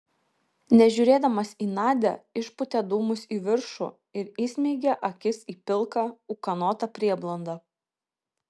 nežiūrėdamas į nadią išpūtė dūmus į viršų ir įsmeigė akis į pilką ūkanotą prieblandą